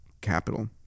capital